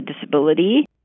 disability